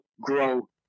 grow